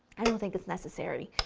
i don't think it's necessary.